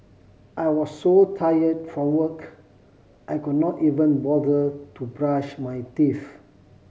I was so tired from work I could not even bother to brush my teeth